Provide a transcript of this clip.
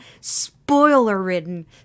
spoiler-ridden